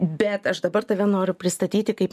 bet aš dabar tave noriu pristatyti kaip